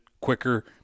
quicker